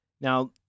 Now